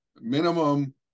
minimum